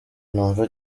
numva